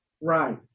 right